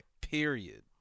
period